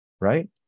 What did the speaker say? right